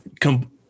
come